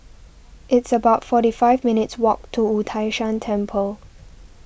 it's about forty five minutes' walk to Wu Tai Shan Temple